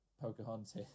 Pocahontas